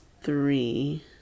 three